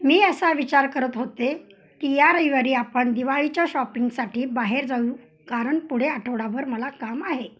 मी असा विचार करत होते की या रविवारी आपण दिवाळीच्या शॉपिंगसाठी बाहेर जाऊ कारण पुढे आठवडाभर मला काम आहे